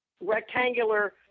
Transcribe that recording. rectangular